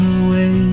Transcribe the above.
away